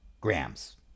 grams